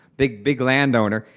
big big land owner.